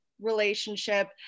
relationship